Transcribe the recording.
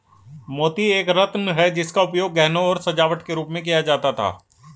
मोती एक रत्न है जिसका उपयोग गहनों और सजावट के रूप में किया जाता था